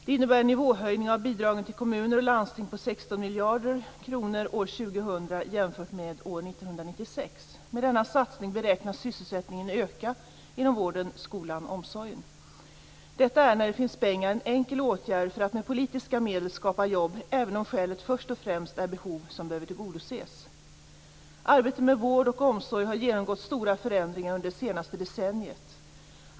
Den innebär en nivåhöjning av bidragen till kommuner och landsting på 16 miljarder kronor år 2000 jämfört med år 1996. Med denna satsning beräknas sysselsättningen öka inom vården, skolan och omsorgen. Detta är, när det finns pengar, en enkel åtgärd för att med politiska medel skapa jobb, även om skälet först och främst är behov som behöver tillgodoses. Arbetet med vård och omsorg har genomgått stora förändringar under det senaste decenniet.